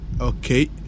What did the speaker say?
okay